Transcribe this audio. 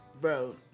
bro